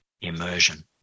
immersion